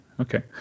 Okay